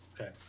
Okay